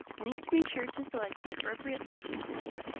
i need to make sure to select the appropriate license type.